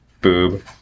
Boob